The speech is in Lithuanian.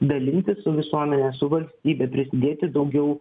dalintis su visuomene su valstybe prisidėti daugiau